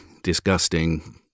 disgusting